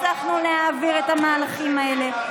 הצלחנו להעביר את המהלכים האלה,